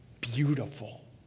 beautiful